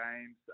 games